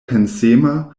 pensema